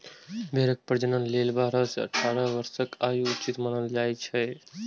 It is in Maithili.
भेड़क प्रजनन लेल बारह सं अठारह वर्षक आयु उचित मानल जाइ छै